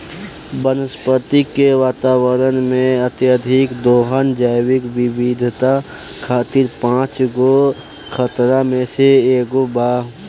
वनस्पति के वातावरण में, अत्यधिक दोहन जैविक विविधता खातिर पांच गो खतरा में से एगो बा